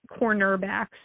cornerbacks